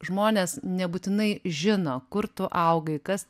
žmonės nebūtinai žino kur tu augai kas